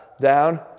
Down